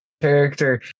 character